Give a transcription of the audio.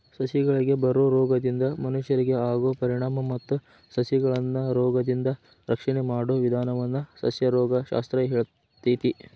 ಸಸಿಗಳಿಗೆ ಬರೋ ರೋಗದಿಂದ ಮನಷ್ಯರಿಗೆ ಆಗೋ ಪರಿಣಾಮ ಮತ್ತ ಸಸಿಗಳನ್ನರೋಗದಿಂದ ರಕ್ಷಣೆ ಮಾಡೋ ವಿದಾನವನ್ನ ಸಸ್ಯರೋಗ ಶಾಸ್ತ್ರ ಹೇಳ್ತೇತಿ